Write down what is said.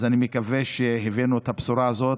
אז אני מקווה שהבאנו את הבשורה הזאת.